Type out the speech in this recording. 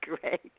great